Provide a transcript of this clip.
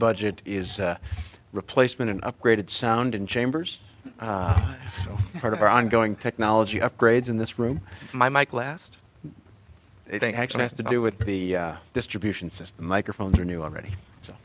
budget is a replacement an upgraded sound and chambers part of our ongoing technology upgrades in this room my mike last thing actually has to do with the distribution system microphones are new already so